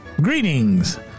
Greetings